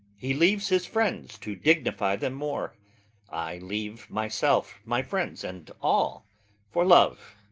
he leaves his friends to dignify them more i leave myself, my friends, and all for love.